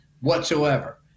whatsoever